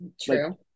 True